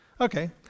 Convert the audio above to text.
okay